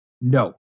No